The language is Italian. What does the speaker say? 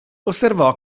osservò